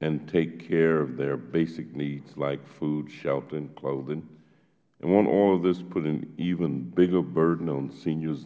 and take care of their basic needs like food shelter and clothing won't all of this put an even bigger burden on seniors